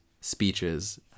speeches